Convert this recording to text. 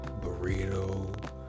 burrito